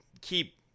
keep